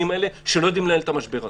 האלה שלא יודעים לנהל את המשבר הזה.